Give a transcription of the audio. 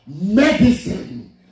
Medicine